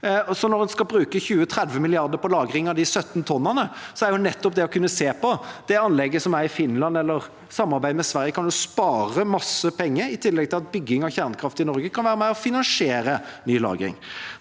Når en skal bruke 20–30 mrd. kr på lagring av de 17 tonnene, kan en se på anlegget som er i Finland, eller samarbeide med Sverige. En kan spare masse penger. I tillegg kan bygging av kjernekraft i Norge være med og finansiere ny lagring.